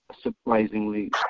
surprisingly